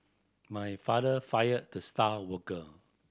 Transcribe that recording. my father fired the star worker